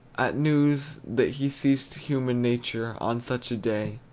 at news that he ceased human nature on such a day?